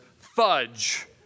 fudge